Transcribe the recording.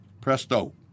Presto